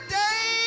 day